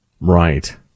Right